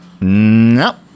no